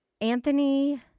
Anthony